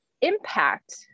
impact